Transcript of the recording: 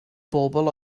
bobl